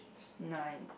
nine